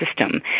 system